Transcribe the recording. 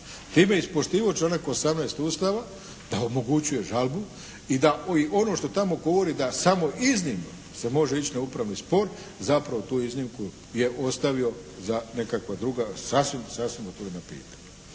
Time je ispoštivao članak 18. Ustava da omogućuje žalbu i da ono što tamo govori da samo iznimno se može ići na Upravni spor. Zapravo tu iznimku je ostavio za nekakva druga sasvim, sasvim otvorena pitanja.